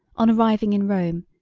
on arriving in rome,